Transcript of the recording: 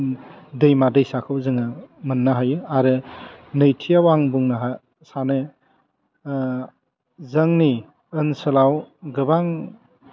दैमा दैसाखौ जोङो मोन्नो हायो आरो नैथिआव आं बुंनो सानो जोंनि ओनसोलाव गोबां